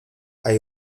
hay